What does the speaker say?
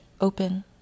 Open